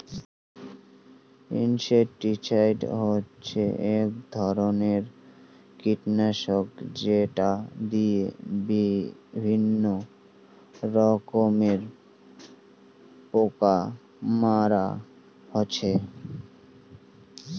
insecticide হসে এক ধরণের কীটনাশক যেটো দিয়া বিভিন্ন রকমের পোকা মারা হই